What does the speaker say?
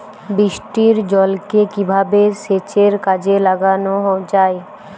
বৃষ্টির জলকে কিভাবে সেচের কাজে লাগানো যায়?